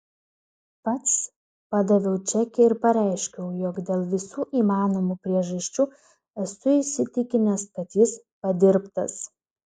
pats padaviau čekį ir pareiškiau jog dėl visų įmanomų priežasčių esu įsitikinęs kad jis padirbtas